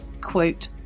quote